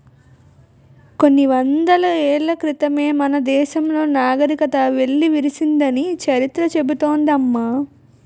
కొన్ని వందల ఏళ్ల క్రితమే మన దేశంలో నాగరికత వెల్లివిరిసిందని చరిత్ర చెబుతోంది అమ్మ